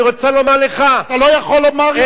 אני רוצה לומר לך, אתה לא יכול לומר לו.